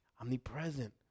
omnipresent